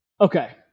Okay